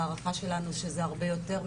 הערכה שלנו שזה הרבה יותר,